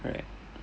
right